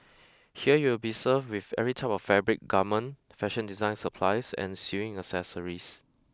here you will be served with every type of fabric garment fashion design supplies and sewing accessories